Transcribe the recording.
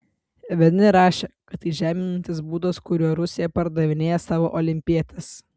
vieni rašė kad tai žeminantis būdas kuriuo rusija pardavinėja savo olimpietes